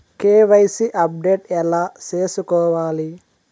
KYC update ఎట్లా సేసుకోవాలి?